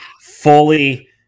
fully